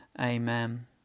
Amen